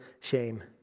shame